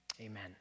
Amen